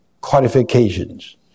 qualifications